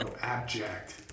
Abject